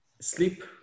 sleep